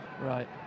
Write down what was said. right